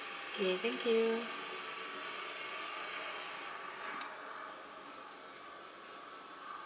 K thank you